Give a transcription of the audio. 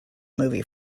movie